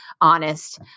honest